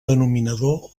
denominador